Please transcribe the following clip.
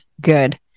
good